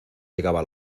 llegaba